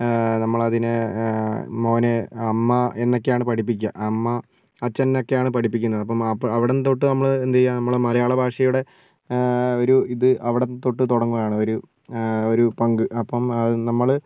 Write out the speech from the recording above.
നമ്മളതിനെ മോനെ അമ്മ എന്നക്കെയാണ് പഠിപ്പിക്കുക അമ്മ അച്ഛൻന്നക്കെയാണ് പഠിപ്പിക്കുന്നത്ത് അപ്പം അവിടം തൊട്ട് നമ്മൾ എന്തെയ്യ നമ്മൾ മലയാള ഭാഷയുടെ ഒരു ഇത് അവിടെ തൊട്ട് തുടങ്ങുവാണ് ഒരു ഒരു പങ്ക് അപ്പം നമ്മൾ